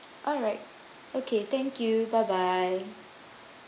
alright okay thank you bye bye